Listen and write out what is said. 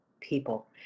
people